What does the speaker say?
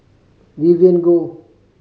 Vivien Goh